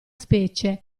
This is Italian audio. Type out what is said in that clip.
specie